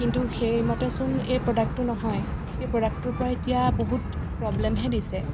কিন্তু সেই মতেচোন এই প্ৰডাক্টটো নহয় এই প্ৰডাক্টটোৰ পৰা এতিয়া বহুত প্ৰব্লেম হে দিছে